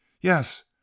Yes